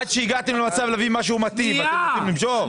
עד שהגעתם להביא משהו מיטיב, אתם רוצים למשוך?